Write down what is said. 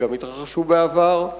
וגם התרחשו בעבר.